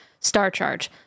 StarCharge